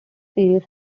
serious